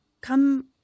come